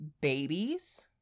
Babies